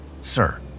Sir